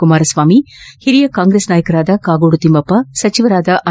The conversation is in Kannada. ಕುಮಾರ ಸ್ವಾಮಿ ಹಿರಿಯ ಕಾಂಗ್ರೆಸ್ ನಾಯಕರಾದ ಕಾಗೋಡು ತಿಮ್ಮಪ್ಪ ಸಚಿವರಾದ ಆರ್